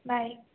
bye